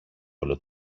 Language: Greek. όλο